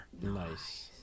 Nice